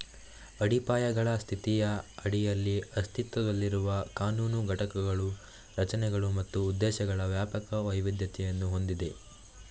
ಅಡಿಪಾಯಗಳ ಸ್ಥಿತಿಯ ಅಡಿಯಲ್ಲಿ ಅಸ್ತಿತ್ವದಲ್ಲಿರುವ ಕಾನೂನು ಘಟಕಗಳು ರಚನೆಗಳು ಮತ್ತು ಉದ್ದೇಶಗಳ ವ್ಯಾಪಕ ವೈವಿಧ್ಯತೆಯನ್ನು ಹೊಂದಿವೆ